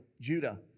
Judah